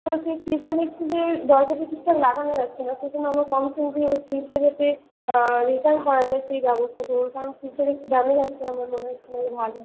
তা সেই ফিজটা দেখছি যে দরজাটা ঠিকঠাক লাগানো যাচ্ছে না সেই জন্য আমি কমপ্লেন করছি যে ফিজটা যাতে রিটার্ন করা যায় সেই ব্যবস্থা করুন কারণ ফিজটা দেখে দামী লাগছে আমার মনে হচ্ছে না কি ভালো